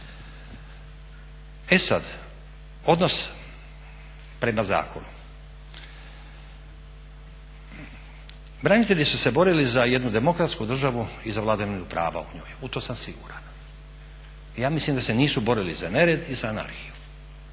E sad, odnos prema zakonu. Branitelji su se borili za jednu demokratsku državu i za vladavinu prava u njoj, u to sam siguran. I ja mislim da se nisu borili za nered i za anarhiju.